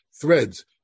threads